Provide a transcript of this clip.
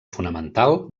fonamental